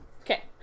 Okay